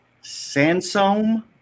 Sansome